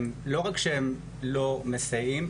לא רק שהם לא מסייעים,